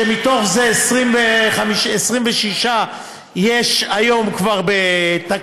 כשמתוך זה 26 מיליון כבר יש היום בתקנה.